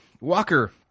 Walker